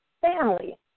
family